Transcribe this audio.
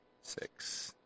six